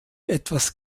etwas